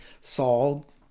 Saul